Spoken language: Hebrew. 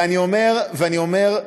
ואני אומר,